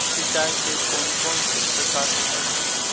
सिंचाई के कौन कौन से प्रकार होब्है?